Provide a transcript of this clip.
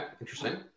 interesting